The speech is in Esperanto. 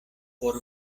por